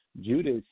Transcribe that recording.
Judas